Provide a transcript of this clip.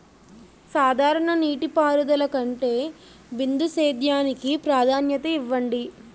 సాధారణ నీటిపారుదల కంటే బిందు సేద్యానికి ప్రాధాన్యత ఇవ్వండి